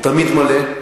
הוא תמיד מלא.